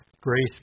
Grace